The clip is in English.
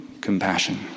compassion